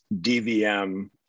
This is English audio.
DVM